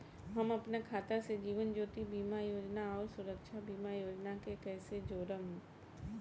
हम अपना खाता से जीवन ज्योति बीमा योजना आउर सुरक्षा बीमा योजना के कैसे जोड़म?